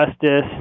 justice